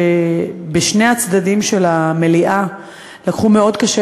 בשני הצדדים של המליאה לקחו מאוד קשה